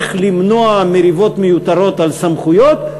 איך למנוע מריבות מיותרות על סמכויות.